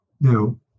Now